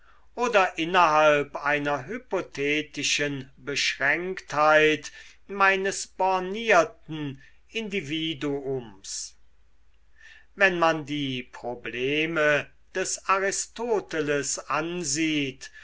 oder innerhalb einer hypothetischen beschränktheit meines bornierten individuums wenn man die probleme des aristoteles ansieht